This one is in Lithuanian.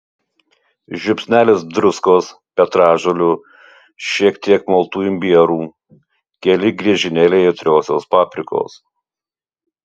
žiupsnelis druskos petražolių šiek tiek maltų imbierų keli griežinėliai aitriosios paprikos